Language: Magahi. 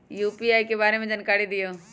यू.पी.आई के बारे में जानकारी दियौ?